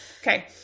Okay